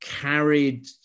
carried